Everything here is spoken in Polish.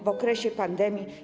W okresie pandemii?